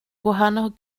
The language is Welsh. gwahanol